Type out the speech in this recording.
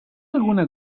alguna